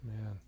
man